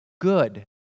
good